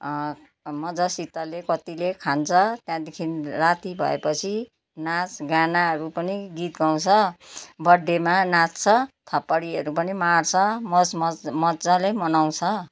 अब मजासितले कतिले खान्छ त्यहाँदेखि राति भएपछि नाचगानाहरू पनि गीत गाउँछ बर्थडेमा नाच्छ थपडीहरू पनि मार्छ मोज मज मजाले मनाउँछ